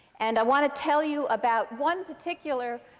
and i want to tell you about one particular